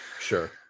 Sure